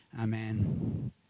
Amen